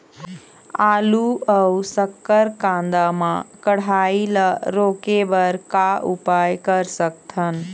आलू अऊ शक्कर कांदा मा कढ़ाई ला रोके बर का उपाय कर सकथन?